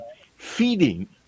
feeding